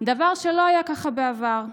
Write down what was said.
דבר שלא היה ככה בעבר.